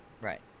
Right